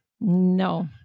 No